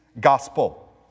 gospel